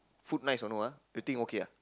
food nice or no ah you think okay ah